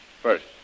First